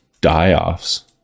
die-offs